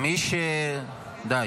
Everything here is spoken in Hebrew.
מי, די.